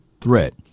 threat